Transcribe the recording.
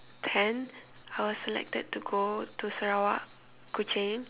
ten I was selected to go to Sarawak Kuching